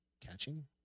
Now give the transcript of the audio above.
catching